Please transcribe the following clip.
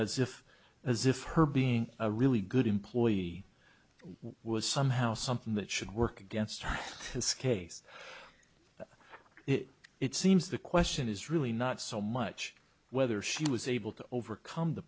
as if as if her being a really good employee was somehow something that should work against this case it seems the question is really not so much whether she was able to overcome the